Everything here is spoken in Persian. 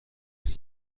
یعنی